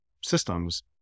systems